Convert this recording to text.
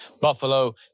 Buffalo